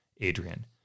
Adrian